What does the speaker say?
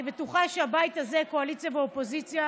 אני בטוחה שהבית הזה, קואליציה ואופוזיציה,